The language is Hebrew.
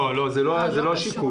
זה לא השיקול.